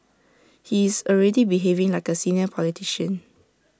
he is already behaving like A senior politician